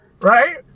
right